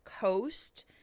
coast